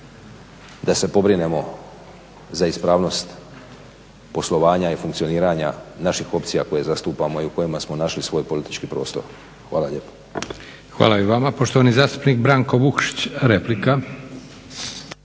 da se pobrinemo za ispravnost poslovanja i funkcioniranja naših opcija koje zastupamo i u kojima smo našli svoj politički prostor. Hvala lijepo. **Leko, Josip (SDP)** Hvala i vama. Poštovani zastupnik Branko Vukšić, replika.